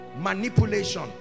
manipulation